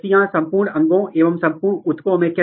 PLETHORA gene glucocorticoid receptor के साथ जुड़े थे